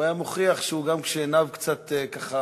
והוא היה מוכיח שגם כשעיניו קצת ככה